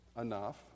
enough